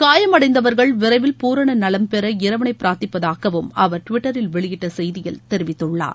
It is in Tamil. காயமடைந்தவர்கள் விரைவில் பூரண நலம்பெற இறைவனை பிரார்த்திப்பதாகவும் அவர் டுவிட்டரில் வெளியிட்ட செய்தியில் தெரிவித்துள்ளார்